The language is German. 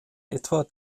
etwa